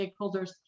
stakeholders